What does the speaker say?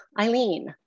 Eileen